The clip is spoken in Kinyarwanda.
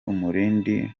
umurindi